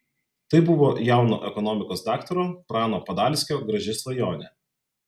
tai buvo jauno ekonomikos daktaro prano padalskio graži svajonė